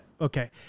okay